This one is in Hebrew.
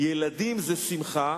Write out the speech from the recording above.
ילדים זה שמחה,